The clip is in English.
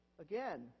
Again